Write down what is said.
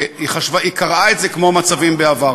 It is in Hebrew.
היא קראה את זה כמו מצבים בעבר.